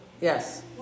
Yes